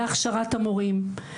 בהכשרת המורים,